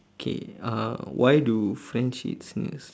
okay uh why do french eat snails